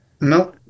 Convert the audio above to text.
No